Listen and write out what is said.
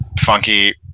funky